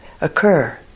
occur